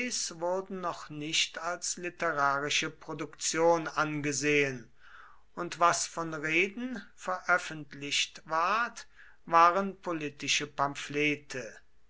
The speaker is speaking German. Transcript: wurden noch nicht als literarische produktion angesehen und was von reden veröffentlicht ward waren politische pamphlete